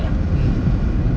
mm